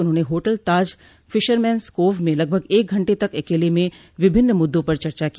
उन्होंने hotel Taj Fisherman's Cove में लगभग एक घंटे तक अकेले में विभिन्न मुद्दों पर चर्चा की